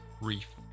reef